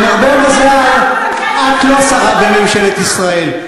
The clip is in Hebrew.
עם הרבה מזל את לא שרה בממשלת ישראל,